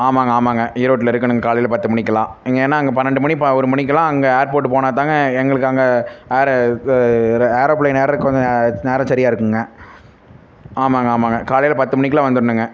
ஆமாங்க ஆமாங்க ஈரோட்ல இருக்கணும் காலையில் பத்து மணிக்கெலாம் ஏன்னா அங்கே பன்னெண்டு மணி ஒரு மணிக்கலாம் அங்கே ஏர்போட் போனால் தாங்க எங்களுக்கு அங்கே ஆர ஆரோபிலேன் ஏறுறக்கு கொஞ்சம் நேரம் சரியாக இருக்குங்க ஆமாங்க ஆமாங்க காலையில் பத்து மணிக்கெலாம் வந்துடணுங்க